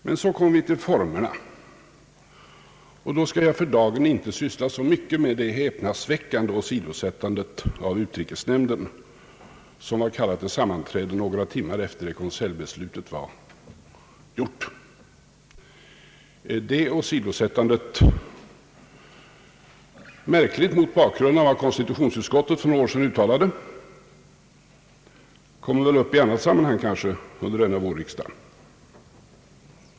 Beträffande formerna för erkännandet skall jag för dagen inte syssla så mycket med det häpnadsväckande åsidosättandet av utrikesnämnden, som var kallad till sammanträde några timmar efter det att konseljbeslutet var fattat. Det åsidosättandet — märkligt mot bakgrund av vad konstitutionsutskottet för några år sedan uttalade — kommer kanske upp till debatt i annat sammanhang under denna vårriksdag.